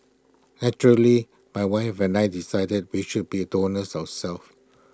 naturally my wife and I decided we should be donors ourself